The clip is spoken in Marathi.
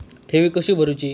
ठेवी कशी भरूची?